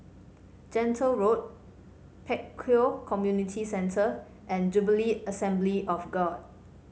Gentle Road Pek Kio Community Centre and Jubilee Assembly of God